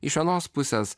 iš vienos pusės